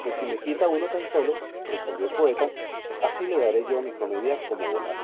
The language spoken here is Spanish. pues si me quita uno tan sólo respondió el poeta así le daré yo mi comedia como volar